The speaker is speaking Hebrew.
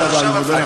שנאמרו.